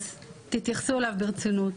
אז תתייחסו אליו ברצינות.